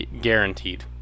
Guaranteed